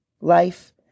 life